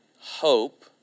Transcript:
hope